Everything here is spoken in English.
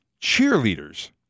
cheerleaders